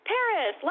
Paris